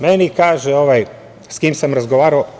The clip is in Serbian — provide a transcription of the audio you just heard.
Meni kaže ovaj sa kim sam razgovarao…